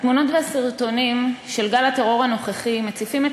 התמונות והסרטונים של גל הטרור הנוכחי מציפים את